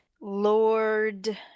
Lord